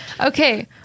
Okay